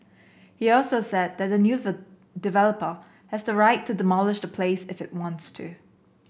he also said that the new developer has the right to demolish the place if it wants to